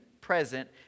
present